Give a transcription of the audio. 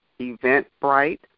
Eventbrite